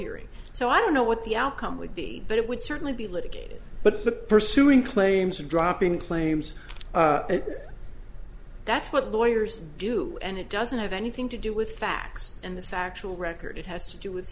hearing so i don't know what the outcome would be but it would certainly be litigated but pursuing claims of dropping claims that's what lawyers do and it doesn't have anything to do with facts and the factual record has to do with